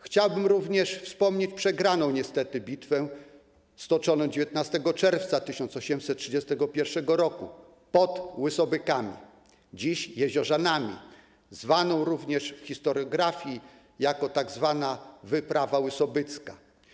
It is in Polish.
Chciałbym również wspomnieć przegraną niestety bitwę stoczoną 19 czerwca 1831 r. pod Łysobykami, dziś Jeziorzanami, znaną również w historiografii jako tzw. wyprawa łysobycka.